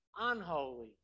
unholy